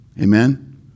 Amen